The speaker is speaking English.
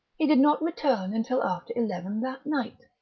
he did not return until after eleven that night.